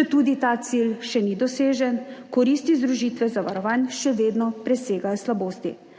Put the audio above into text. Četudi ta cilj še ni dosežen, v koristi združitve zavarovanj še vedno presegajo slabosti.